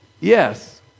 Yes